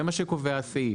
זה מה שקובע הסעיף,